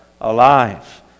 alive